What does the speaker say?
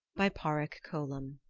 by padraic colum